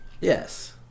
Yes